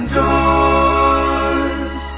doors